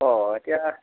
অঁ এতিয়া